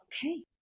okay